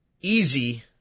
easy